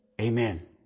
Amen